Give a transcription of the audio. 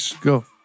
Go